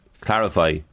clarify